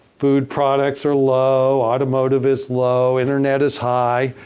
food products are low. automotive is low. internet is high.